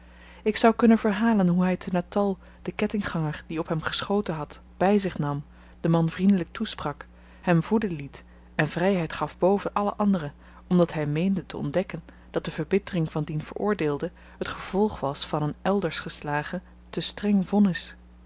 ik zou kunnen verhalen hoe hy te natal den kettingganger die op hem geschoten had by zich nam den man vriendelyk toesprak hem voeden liet en vryheid gaf boven alle anderen omdat hy meende te ontdekken dat de verbittering van dien veroordeelde t gevolg was van een elders geslagen te streng vonnis